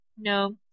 No